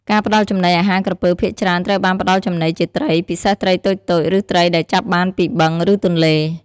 ការផ្តល់ចំណីអាហារក្រពើភាគច្រើនត្រូវបានផ្តល់ចំណីជាត្រី ពិសេសត្រីតូចៗ ឬត្រីដែលចាប់បានពីបឹង ឬទន្លេ។